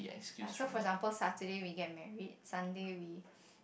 ya for example Saturday we get married Sunday we